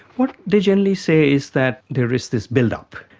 what they generally say is that there is this build-up.